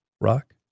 Rock